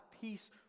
peace